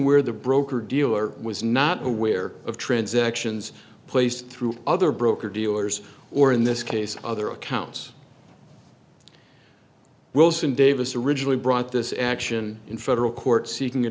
where the broker dealer was not aware of transactions placed through other broker dealers or in this case other accounts wilson davis originally brought this action in federal court seeking a